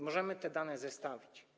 Możemy te dane zestawić.